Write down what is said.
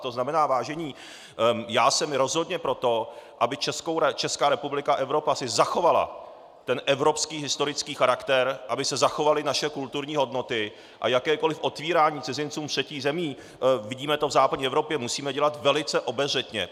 To znamená, vážení, já jsem rozhodně pro to, aby Česká republika a Evropa si zachovaly ten evropský historický charakter, aby se zachovaly naše kulturní hodnoty, a jakékoli otvírání cizincům třetích zemí vidíme to v západní Evropě musíme dělat velice obezřetně.